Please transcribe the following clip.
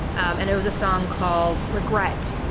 and it was a song called regret.